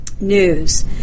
News